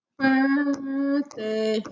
birthday